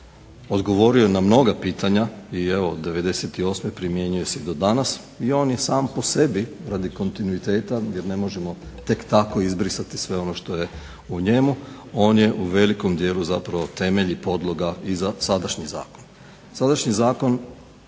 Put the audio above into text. odgovorio je na mnoga pitanja i evo '98. primjenjuje se do danas i on je sam po sebi radi kontinuiteta jer ne možemo tek tako izbrisati sve ono što je u njemu. On je u velikom dijelu zapravo temelj i podloga i za sadašnji zakon.